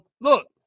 Look